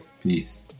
peace